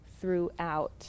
throughout